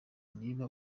niba